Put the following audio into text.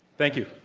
thank you.